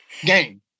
Game